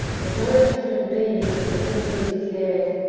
was not a different being from him who declared,